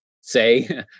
say